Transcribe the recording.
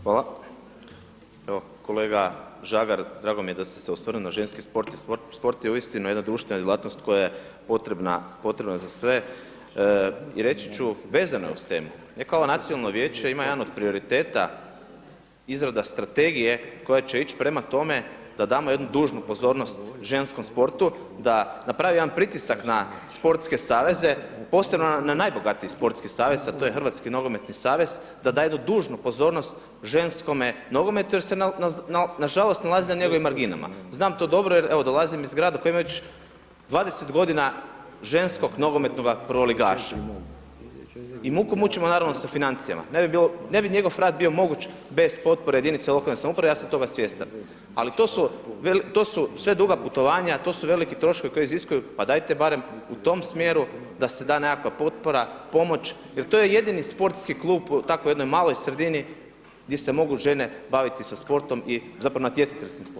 Hvala, evo kolega Žagar drago mi je da ste se osvrnuli na ženski sport i sport je uistinu jedna društvena djelatnost koja je potrebna, potreba za sve i reći ću, vezano je uz temu, neka ovo nacionalno vijeće ima jedan od prioriteta izrada strategije koja će ići prema tome da damo jednu dužnu pozornost ženskom sportu, da napravi jedan pritisak na sportske saveze, posebno na najbogatiji sportski savez, a to je Hrvatski nogometni savez, da da jednu dužnu pozornost ženskome nogometu jer se nažalost nalazi na njegovim marginama, znam to dobro jer evo dolazim iz grada koji ima već 20 godina ženskog nogometnog prvoligaša i muku mučimo naravno sa financijama, ne bi njegov rad bio moguć bez potpore jedinice lokalne samouprave, ja sam toga svjestan, ali to su, to su sve duga putovanja, to su veliki troškovi koji iziskuju, pa dajte barem u tom smjeru da se da nekakva potpora, pomoć jer to je jedini sportski klub u tako jednoj maloj sredini gdje se mogu žene baviti sa sportom, zapravo natjecateljskim sportom.